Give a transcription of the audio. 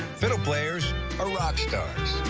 fiddle players are rock stars.